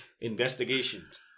investigations